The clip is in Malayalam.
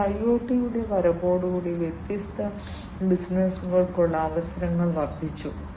ഇത് IoT യുടെ വരവോടെ വ്യത്യസ്ത ബിസിനസുകൾക്കുള്ള അവസരങ്ങൾ വർദ്ധിച്ചു